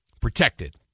protected